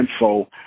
info